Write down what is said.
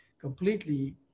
completely